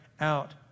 out